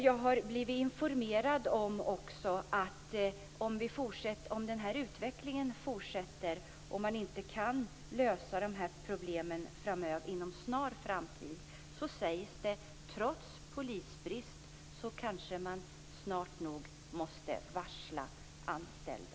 Jag har blivit informerad om att om den här utvecklingen fortsätter och om man inte kan lösa problemen inom en snar framtid måste man kanske trots polisbrist snart nog varsla anställda.